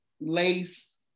lace